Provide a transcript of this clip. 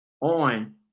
On